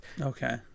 Okay